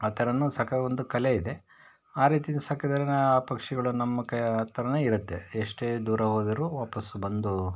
ಆ ಥರನೂ ಸಾಕುವ ಒಂದು ಕಲೆ ಇದೆ ಆ ರೀತಿ ಸಾಕಿದರೆ ನಾನು ಆ ಪಕ್ಷಿಗಳು ನಮ್ಮ ಥರನೇ ಇರುತ್ತೆ ಎಷ್ಟೇ ದೂರ ಹೋದರೂ ವಾಪಸ್ ಬಂದು